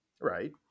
Right